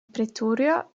pretoria